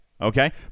Okay